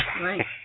Right